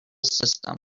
system